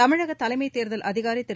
தமிழக தலைமை தேர்தல் அதிகாரி திரு